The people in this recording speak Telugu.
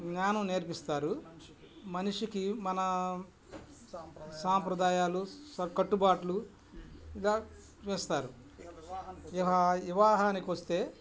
జ్ఞానం నేర్పిస్తారు మనిషికి మన సాంప్రదాయాలు స కట్టుబాట్లుగా వేస్తారు వివా వివాహానికొస్తే